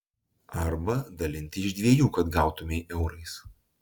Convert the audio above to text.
arba dalinti iš dviejų kad gautumei eurais